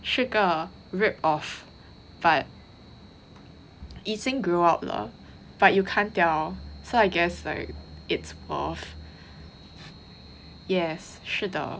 是个 rip off but 已经 grew out 了 but you can't tell so I guess like it's off yes 是的